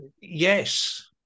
Yes